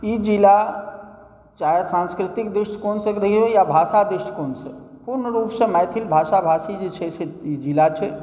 ई जिला चाहे सांस्कृतिक दृष्टिकोणसँ देखिऔ या भाषाके दृष्टिकोणसँ पूर्ण रूपसँ मैथिल भाषा भाषी जे छै से ई जिला छै